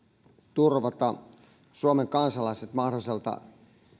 turvata suomen kansalaiset mahdolliselta